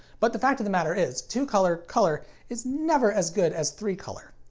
but the fact of the matter is, two color color is never as good as three color.